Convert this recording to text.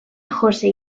jose